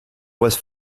was